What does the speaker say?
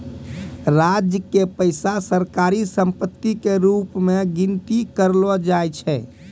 राज्य के पैसा सरकारी सम्पत्ति के रूप मे गनती करलो जाय छै